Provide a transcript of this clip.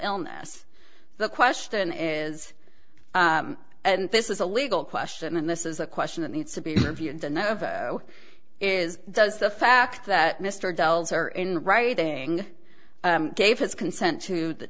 illness the question is and this is a legal question and this is a question that needs to be reviewed the know of is does the fact that mr dell's are in writing gave his consent to the